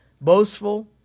boastful